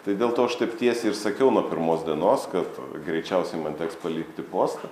tai dėl to aš taip tiesiai ir sakiau nuo pirmos dienos kad greičiausiai man teks palikti postą